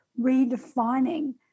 redefining